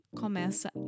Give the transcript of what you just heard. começa